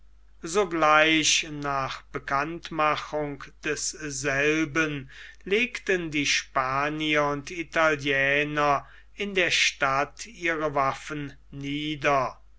sogleich nach bekanntmachung desselben legten die spanier und italiener in der stadt ihre waffen nieder